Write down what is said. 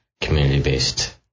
community-based